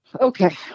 Okay